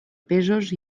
pesos